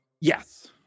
Yes